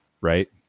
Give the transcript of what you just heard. right